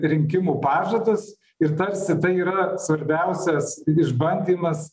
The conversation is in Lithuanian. rinkimų pažadus ir tarsi tai yra svarbiausias išbandymas